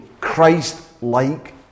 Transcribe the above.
Christ-like